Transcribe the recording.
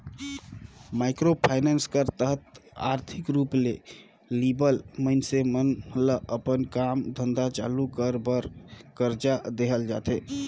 micro finance कर तहत आरथिक रूप ले लिबल मइनसे मन ल अपन काम धंधा चालू कर बर करजा देहल जाथे